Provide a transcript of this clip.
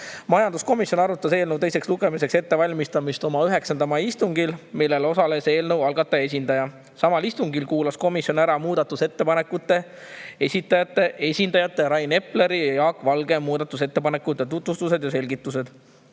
Majanduskomisjon arutas eelnõu teiseks lugemiseks ettevalmistamist oma 9. mai istungil, kus osales ka eelnõu algataja esindaja. Samal istungil kuulas komisjon ära muudatusettepanekute esitajate esindajate Rain Epleri ja Jaak Valge muudatusettepanekute tutvustused ja selgitused.